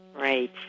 Right